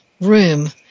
room